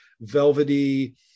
velvety